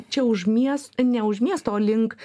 čia už mies ne už miesto link